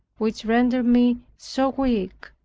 which rendered me so weak,